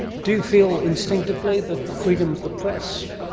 do you feel instinctively that freedom of the press,